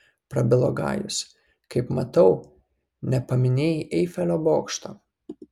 prabilo gajus kaip matau nepaminėjai eifelio bokšto